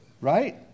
right